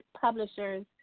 publishers